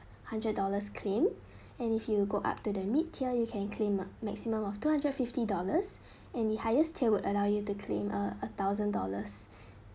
hundred dollars claim and if you go up to the mid tier you can claim a maximum of two hundred fifty dollars and the highest tier would allow you to claim uh a thousand dollars